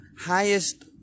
highest